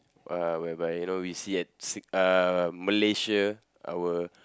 uh whereby you know we see at si~ uh Malaysia our